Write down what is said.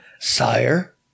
Sire